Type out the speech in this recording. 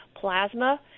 plasma